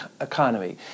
economy